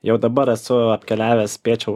jau dabar esu apkeliavęs spėčiau